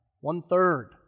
One-third